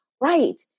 right